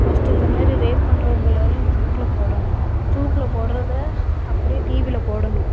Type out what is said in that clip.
first இந்த மாதிரி rape பண்ணுறவங்கள எல்லாம் தூக்கில் போடணும் தூக்கில் போடுறத அப்டேயே டிவியில் போடணும்